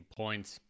points